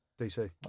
DC